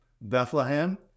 Bethlehem